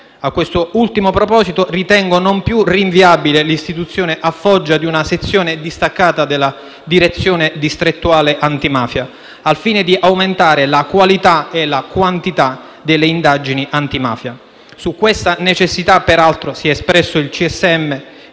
A quest'ultimo proposito, ritengo non più rinviabile l'istituzione a Foggia di una sezione distaccata della Direzione distrettuale antimafia, al fine di aumentare la qualità e la quantità delle indagini antimafia. Su questa necessità si è espresso